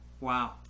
Wow